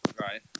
Right